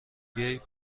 بیایید